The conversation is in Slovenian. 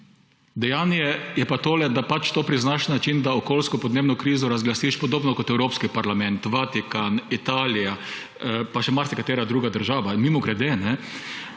Dejanje je pa tole, da pač to priznaš na način, da okoljsko in podnebno krizo razglasiš podobno kot Evropski parlament, Vatikan, Italija pa še marsikatera druga država. Mimogrede,